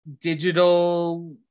digital